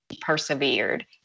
persevered